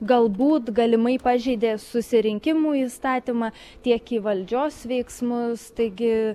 galbūt galimai pažeidė susirinkimų įstatymą tiek į valdžios veiksmus taigi